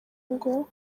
ngo